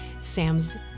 sam's